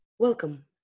Welcome